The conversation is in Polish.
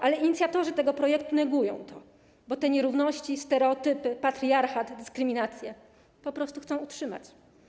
Ale inicjatorzy tego projektu negują to, bo te nierówności, stereotypy, patriarchat, dyskryminację po prostu chcą utrzymać.